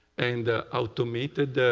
and automated